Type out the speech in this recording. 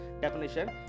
definition